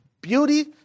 Beauty